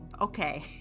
Okay